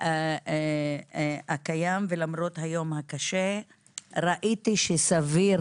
הקיים ולמרות היום הקשה ראיתי שסביר